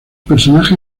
personaje